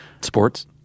Sports